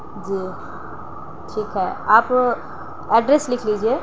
جی ٹھیک ہے آپ ایڈریس لکھ لیجیے